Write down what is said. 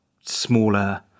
smaller